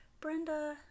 Brenda